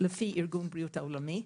לפי ארגון הבריאות העולמי.